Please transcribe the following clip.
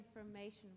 information